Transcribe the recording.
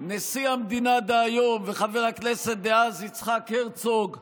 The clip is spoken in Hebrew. נשיא המדינה דהיום וחבר הכנסת דאז יצחק הרצוג,